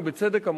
ובצדק,